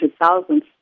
thousands